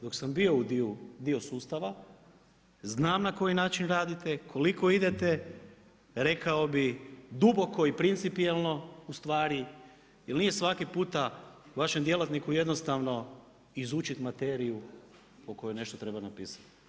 Dok sam bio dio sustava, znam na koji način radite, koliko idete, rekao bi duboko i principijalno ustvari, jer nije svaki puta, vašem djelatniku jednostavno izučiti materiju o kojoj nešto treba napisati.